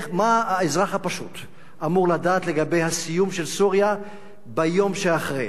מה האזרח הפשוט אמור לדעת לגבי הסיום של סוריה ביום שאחרי?